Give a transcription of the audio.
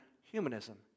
humanism